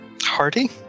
Hardy